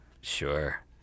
Sure